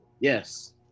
Yes